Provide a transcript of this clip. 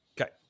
Okay